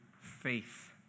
faith